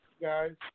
guys